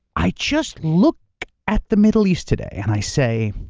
i just look at the middle east today and i say,